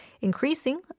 increasing